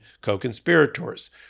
co-conspirators